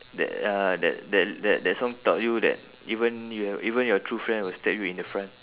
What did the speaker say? that uh that that that that song taught you that even you ha~ even your true friend will stab you in the front